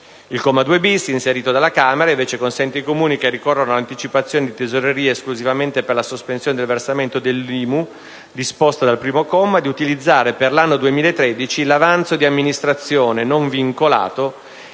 Il comma 2-*bis*, inserito dalla Camera, consente invece ai Comuni che ricorrono all'anticipazione di tesoreria esclusivamente per la sospensione del versamento dell'IMU, disposta dal comma 1, di utilizzare, per l'anno 2013, l'avanzo di amministrazione non vincolato